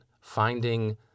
finding